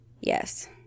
Yes